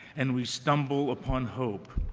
and we stumble upon hope